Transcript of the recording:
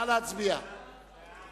חוק לתיקון